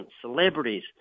celebrities